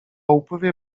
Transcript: upływie